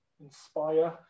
Inspire